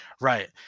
Right